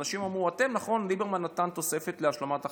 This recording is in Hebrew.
אנשים אמרו: נכון, ליברמן נתן תוספת להשלמת הכנסה,